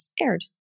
aired